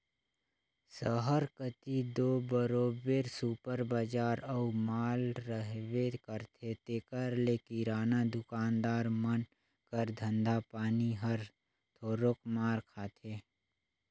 सहर कती दो बरोबेर सुपर बजार अउ माल रहबे करथे तेकर ले किराना दुकानदार मन कर धंधा पानी हर थोरोक मार खाथे